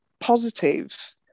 positive